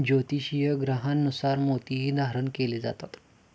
ज्योतिषीय ग्रहांनुसार मोतीही धारण केले जातात